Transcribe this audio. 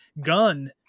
gun